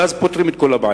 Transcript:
ואז פותרים את כל הבעיה.